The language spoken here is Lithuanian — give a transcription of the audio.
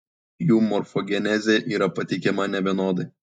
jų morfogenezė yra pateikiama nevienodai